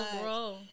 grow